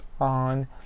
on